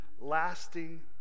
lasting